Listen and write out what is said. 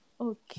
okay